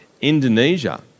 Indonesia